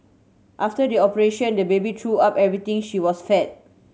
after the operation the baby threw up everything she was fed